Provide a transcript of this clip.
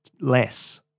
Less